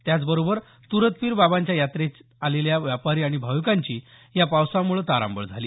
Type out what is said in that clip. त्याचबरोबर तुरुतपीर बाबांच्या यात्रेच्या आलेल्या व्यापारी आणि भाविकांची या पावसामुळे तारांबळ झाली